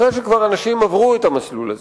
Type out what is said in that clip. אחרי שאנשים כבר עברו את המסלול הזה,